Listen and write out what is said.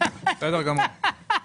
בסדר גמור.